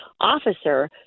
officer